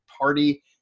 party